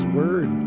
word